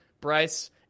Bryce